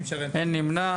מי נמנע?